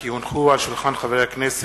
כי הונחו היום על שולחן הכנסת,